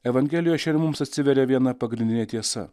evangelijoj šiandien mums atsiveria viena pagrindinė tiesa